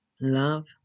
love